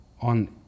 on